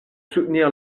soutenir